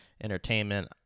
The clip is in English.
entertainment